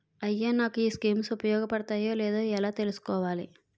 అయ్యా నాకు ఈ స్కీమ్స్ ఉపయోగ పడతయో లేదో ఎలా తులుసుకోవాలి?